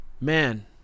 Man